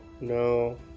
No